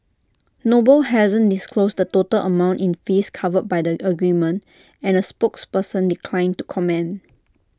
noble hasn't disclosed the total amount in fees covered by the agreement and A spokesperson declined to comment